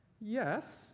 Yes